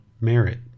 merit